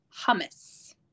hummus